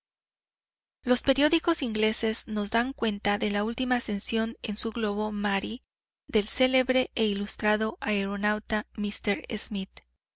los periódicos ingleses nos dan cuenta de la última ascensión en su globo mary del célebre e ilustrado aeronauta mr smith